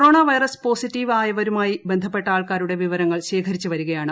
corona virus positive ആയവരുമായി ബന്ധപ്പെട്ട ആൾക്കാരുടെ വിവരങ്ങൾ ശേഖരിച്ചുവരികയാണ്